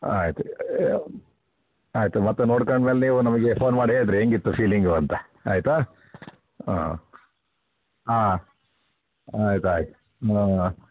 ಆಂ ಆಯಿತು ಆಯಿತು ಮತ್ತೆ ನೋಡ್ಕಂಡ ಮೇಲೆ ನೀವು ನಮಗೆ ಫೋನ್ ಮಾಡಿ ಹೇಳಿರಿ ಹೇಗಿತ್ತು ಫೀಲಿಂಗು ಅಂತ ಆಯಿತಾ ಹಾಂ ಆಂ ಆಯ್ತಾಯ್ತು ಆಂ